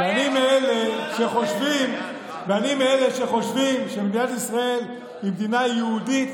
ואני מאלה שחושבים שמדינת ישראל היא מדינה יהודית,